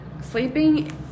sleeping